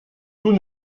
tout